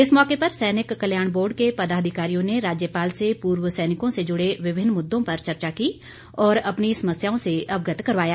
इस मौके पर सैनिक कल्याण बोर्ड के पदाधिकारियों ने राज्यपाल से पूर्व सैनिकों से जुड़े विभिन्न मुद्दों पर चर्चा की और अपनी समस्याओं से अवगत करवाया